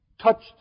touched